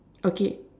okay